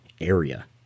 area